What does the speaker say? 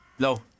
No